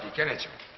character.